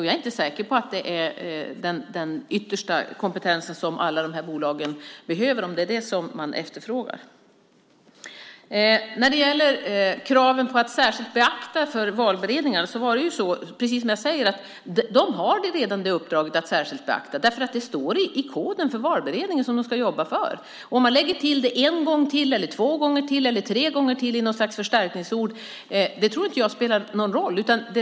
Jag är inte säker på att det är den yttersta kompetens som alla de här bolagen behöver och efterfrågar. När det gäller kraven på att särskilt beakta det här för valberedningar är det precis som jag säger: De har redan uppdraget att särskilt beakta detta. Det står i koden för den valberedning som de ska jobba för. Jag tror inte att det spelar någon roll om man lägger till detta en gång till, två gånger till eller tre gånger till i något slags förstärkningsord.